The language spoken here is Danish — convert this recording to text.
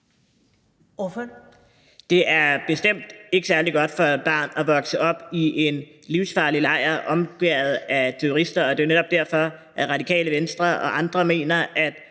Det er bestemt ikke særlig godt for et barn at vokse op i en livsfarlig lejr omgivet af terrorister, og det er jo netop derfor, at Radikale Venstre og andre mener,